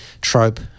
trope